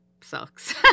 sucks